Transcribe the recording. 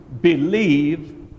believe